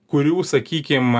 kurių sakykim